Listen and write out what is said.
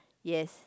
yes